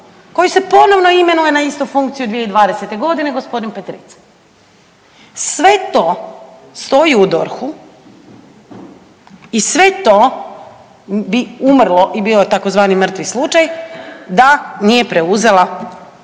koju se ponovno imenuje na istu funkciju 2020. godine, gospodin Petric. Sve to stoji u DORH-u i sve to bi umrlo i bio je tzv. mrtvi slučaj da nije preuzela